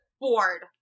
bored